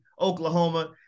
Oklahoma